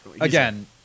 again